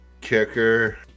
kicker